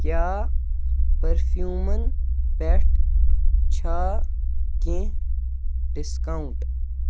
کیٛاہ پٔرفیوٗمَن پٮ۪ٹھ چھا کینٛہہ ڈِسکاوُنٛٹ